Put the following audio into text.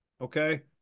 Okay